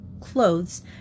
clothes